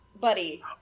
buddy